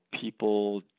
people